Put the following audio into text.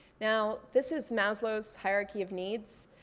now, this is maslo's hierarchy of needs.